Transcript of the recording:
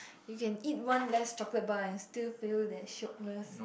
you can eat one less chocolate bar and still feel that shiokness